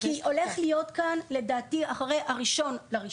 כי הולך להיות כאן, לדעתי, אחרי ה-1.1